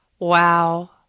Wow